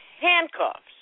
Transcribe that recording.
handcuffs